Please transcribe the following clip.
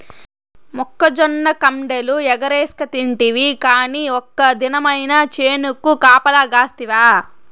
మొక్కజొన్న కండెలు ఎగరేస్కతింటివి కానీ ఒక్క దినమైన చేనుకు కాపలగాస్తివా